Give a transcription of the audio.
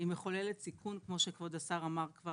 היא מחוללת סיכון כמו שכבוד השר אמר כבר